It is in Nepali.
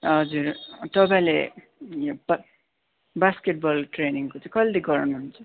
हजुर तपाईँले यो बा बास्केट बल ट्रेनिङको चाहिँ कहिलेदेखि गराउनुहुन्छ